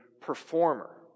performer